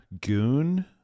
Goon